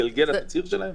יתגלגל התצהיר שלהם?